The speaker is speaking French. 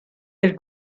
elle